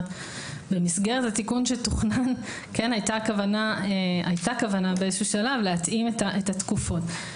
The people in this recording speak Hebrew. במסגרת התיקון שתוכנן כן הייתה כוונה באיזשהו שלב להתאים את התקופות.